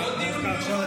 עוד דיון מיוחד אתה רוצה?